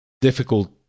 difficult